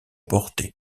porté